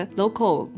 local